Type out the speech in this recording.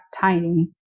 tiny